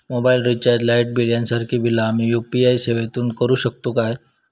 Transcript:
Mobile recharge, light bill यांसारखी बिला आम्ही यू.पी.आय सेवेतून करू शकतू काय?